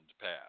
path